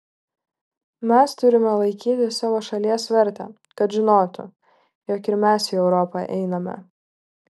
mes turime laikyti savo šalies vertę kad žinotų jog ir mes į europą einame